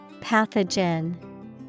Pathogen